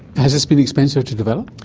has this been expensive to develop?